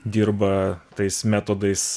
dirba tais metodais